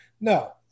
No